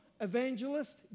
evangelist